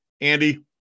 Andy